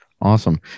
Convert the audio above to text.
awesome